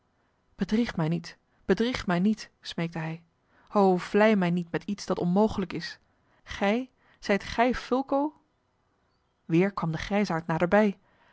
bedrieg mij niet bedrieg mij niet smeekte hij o vlei mij niet met iets dat onmogelijk is gij zijt gij fulco weer kwam de grijsaard naderbij